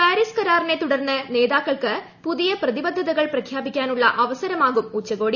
Paris കരാറിനെത്തുടർന്ന് നേതാക്കൾക്ക് പുതിയ പ്രതിബദ്ധതകൾ പ്രഖ്യാപിക്കാനുള്ള അവസരമാകും ഉച്ചകോടി